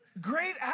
great